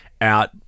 out